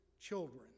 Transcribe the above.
children